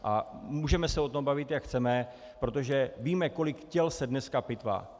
A můžeme se o tom bavit jak chceme, protože víme, kolik těl se dneska pitvá.